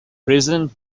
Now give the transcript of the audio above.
president